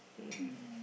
hmm